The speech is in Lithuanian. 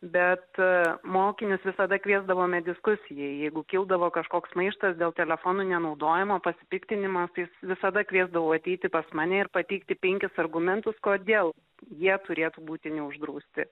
bet mokinius visada kviesdavome diskusijai jeigu kildavo kažkoks maištas dėl telefonų nenaudojimo pasipiktinimas visada kviesdavau ateiti pas mane ir pateikti penkis argumentus kodėl jie turėtų būti neuždrausti